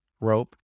rope